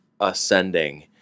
ascending